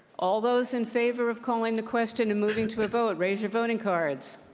all those in favor of calling the question and moving to a vote, raise your voting cards.